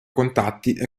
contatti